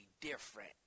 different